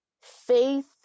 faith